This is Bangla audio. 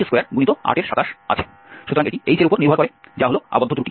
সুতরাং এটি h এর উপর নির্ভর করে আবদ্ধ ত্রুটি